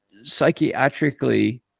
psychiatrically